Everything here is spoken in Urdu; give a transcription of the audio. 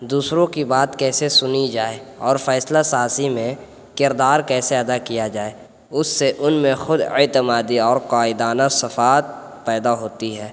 دوسروں کی بات کیسے سنی جائے اور فیصلہ سازی میں کردار کیسے ادا کیا جائے اس سے ان میں خود اعتمادی اور قائدانہ صفات پیدا ہوتی ہے